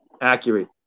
accurate